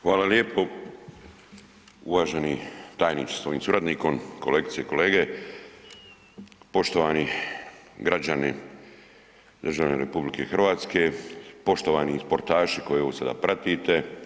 Hvala lijepo uvaženi tajniče sa svojim suradnikom, kolegice i kolege, poštovani građani, državljani RH, poštovani sportaši koji ovo sada pratite.